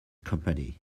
company